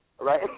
right